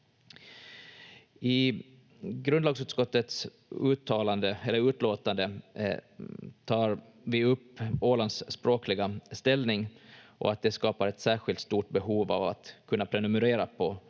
I grundlagsutskottets utlåtande tar vi upp Ålands språkliga ställning och att det skapar ett särskilt stort behov av att kunna prenumerera på